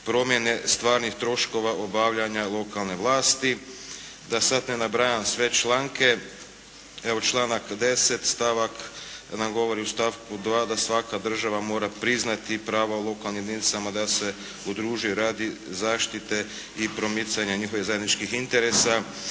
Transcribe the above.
promjene stvarnih troškova obavljanja lokalne vlasti. Da sada ne nabrajam sve članke. Evo članak 10. stavak nam govori u stavku 2. da svaka država mora priznati prava lokalnim jedinicama da se udruže radi zaštite i promicanja njihovih zajedničkih interesa